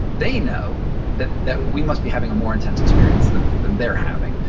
they know that that we must be having a more intense experience than and they're having,